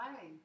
Hi